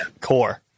core